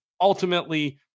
ultimately